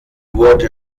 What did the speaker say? wurde